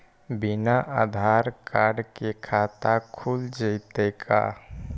बिना आधार कार्ड के खाता खुल जइतै का?